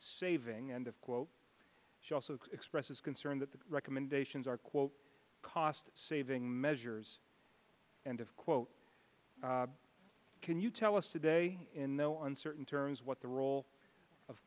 saving and of quote she also expresses concern that the recommendations are quote cost saving measures and of quote can you tell us today in the uncertain terms what the role of